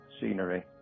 scenery